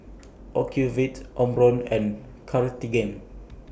Ocuvite Omron and Cartigain